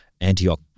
Antioch